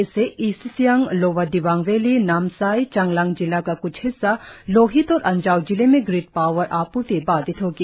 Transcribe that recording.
इससे East Siang Lower Dibang Valley Namsai Changlang जिला का क्छ हिस्सा लोहित और अंजाव जिलों में ग्रीड पावर आपूर्ति बाधित होगी